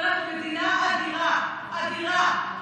ואנחנו מדינה אדירה, אדירה.